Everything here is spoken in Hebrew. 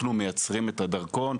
אנחנו מייצרים את הדרכון,